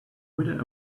wither